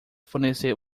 fornecer